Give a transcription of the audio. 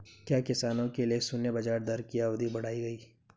क्या किसानों के लिए शून्य ब्याज दर की अवधि बढ़ाई गई?